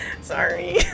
Sorry